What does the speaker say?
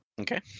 Okay